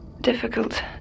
difficult